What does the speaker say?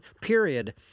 period